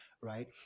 right